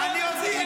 אבל אתה לא המציע.